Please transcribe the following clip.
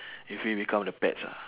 if we become the pets ah